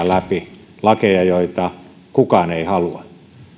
läpi lakeja joita kukaan ei halua